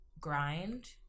grind